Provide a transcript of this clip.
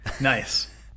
Nice